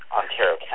Ontario